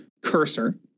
cursor